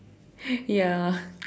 ya